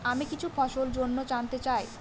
আমি কিছু ফসল জন্য জানতে চাই